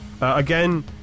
Again